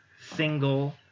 single